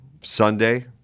Sunday